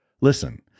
Listen